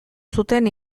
zuten